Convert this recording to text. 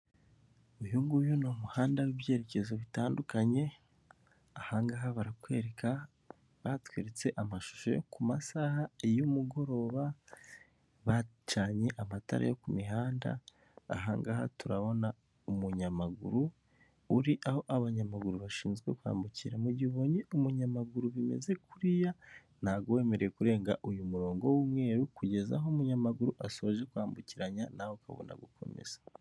Uyu nguyu ni umuhanda w'ibyerekezo bitandukanye, ahangaha barakwereka batweretse amashusho ku masaha y'umugoroba bacanye amatara yo ku mihanda, ahangaha turabona umunyamaguru uri aho abanyamaguru bashinzwe kwambukira mu mu gihe ubonye umunyamaguru bimeze kuriya ntago wemerewe kurenga uyu murongo w'umweru kugeza aho umunyamaguru asoje kwambukiranya nawe ukabona gukomeza.